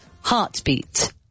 heartbeat